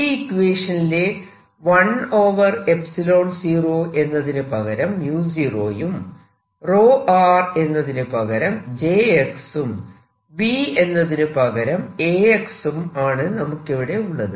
ഈ ഇക്വേഷനിലെ 1 0 എന്നതിന് പകരം 0 യും എന്നതിനുപകരം jx ഉം V എന്നതിന് പകരം Ax ഉം ആണ് നമുക്കിവിടെ ഉള്ളത്